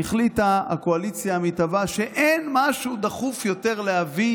החליטה הקואליציה המתהווה שאין משהו דחוף יותר להביא